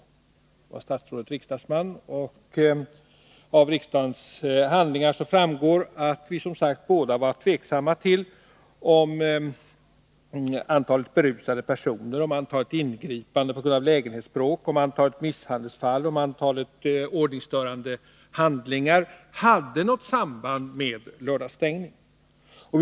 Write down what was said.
Då var statsrådet riksdagsman, och av riksdagens handlingar framgår att vi båda var tveksamma till om antalet berusade personer, antalet ingripanden på grund av lägenhetsbråk, antalet misshandelsfall och antalet ordningsstörande handlingar hade något sam band med lördagsstängningen.